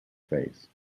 face